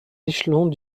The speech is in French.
échelons